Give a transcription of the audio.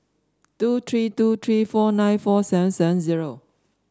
two three two three four nine four seven seven zero